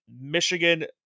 Michigan